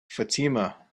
fatima